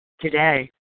today